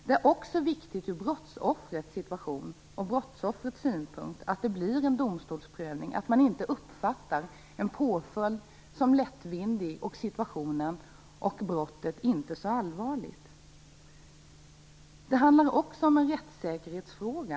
Det är viktigt också ur brottsoffrets synpunkt att det blir en domstolsprövning, att man inte uppfattar brottet som inte så allvarligt och påföljden som lättvindig. Detta är också en rättssäkerhetsfråga.